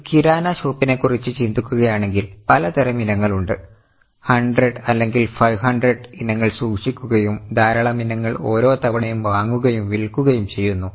ഒരു കിരാന ഷോപ്പിനെക്കുറിച്ച് ചിന്തിക്കുകയാണെങ്കിൽ പലതരം ഇനങ്ങൾ ഉണ്ട് 100 അല്ലെങ്കിൽ 500 ഇനങ്ങൾ സൂക്ഷിക്കുകയും ധാരാളം ഇനങ്ങൾ ഓരോ തവണയും വാങ്ങുകയും വിൽക്കുകയും ചെയ്യുന്നു